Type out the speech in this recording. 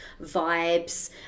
vibes